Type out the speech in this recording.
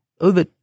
over